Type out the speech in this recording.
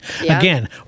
Again